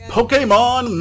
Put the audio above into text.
Pokemon